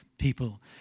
people